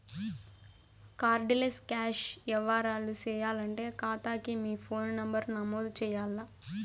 card less cash యవ్వారాలు సేయాలంటే కాతాకి మీ ఫోను నంబరు నమోదు చెయ్యాల్ల